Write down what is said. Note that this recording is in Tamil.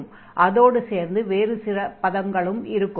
அதோடு சேர்ந்து வேறு சில பதங்களும் இருக்கும்